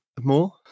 more